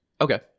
Okay